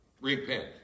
repent